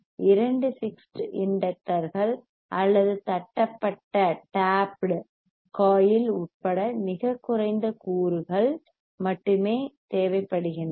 இரண்டு ஃபிக்ஸ்ட் இண்டக்டர்கள் அல்லது தட்டப்பட்ட tapped டாப்ட் காயில் உட்பட மிகக் குறைந்த கூறுகள் காம்போனென்ட்ஸ் மட்டுமே தேவைப்படுகின்றன